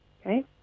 Okay